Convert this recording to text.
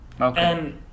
okay